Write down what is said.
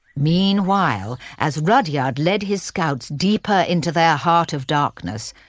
meanwhile, as rudyard led his scouts deeper into their heart of darkness,